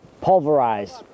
pulverized